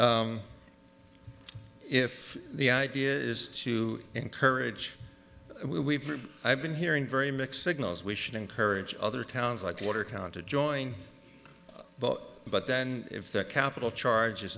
is if the idea is to encourage weaver i've been hearing very mixed signals we should encourage other towns like watertown to join but then if that capital charges